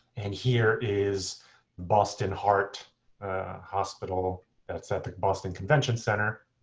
and here is boston heart hospital that's at the boston convention center.